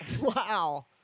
wow